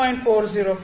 405